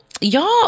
y'all